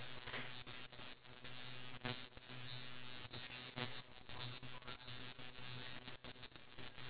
younger generations nowadays are very hooked up with technologies such as like the ipad